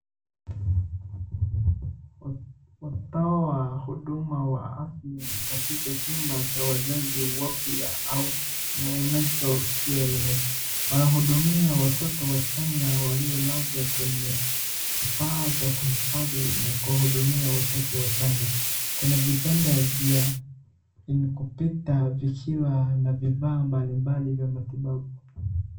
Watoa hudumu wa afya katika chumba cha wazazi wapya au Neonatal caring , wanahudumia watoto wachanga waliolazwa kwenye kifaa cha kuhifadhi na kuwahudumia watoto wachanga. Kuna vitanda vya Incubator vikiwa na vifaa mbalimbali vya matibabu.